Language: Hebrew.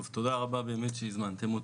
עבור ההזמנה,